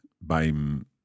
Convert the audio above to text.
beim